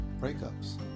breakups